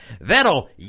That'll